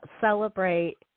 celebrate